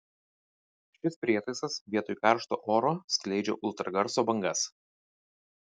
šis prietaisas vietoj karšto oro skleidžia ultragarso bangas